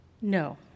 no